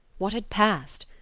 what had passed?